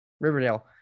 Riverdale